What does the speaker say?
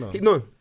No